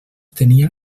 tenia